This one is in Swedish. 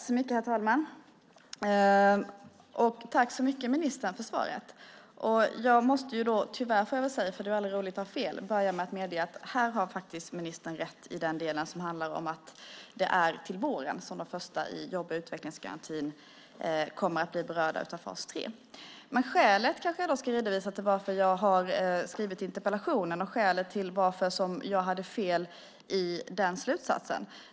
Herr talman! Jag tackar ministern för svaret. Jag måste - tyvärr får jag väl säga, för det är aldrig roligt att ha fel - börja med att medge att ministern har rätt i den del som handlar om att det är till våren som de första i jobb och utvecklingsgarantin kommer att bli berörda av fas tre. Jag ska kanske redovisa skälet till varför jag skrivit interpellationen och varför jag hade fel i den slutsatsen.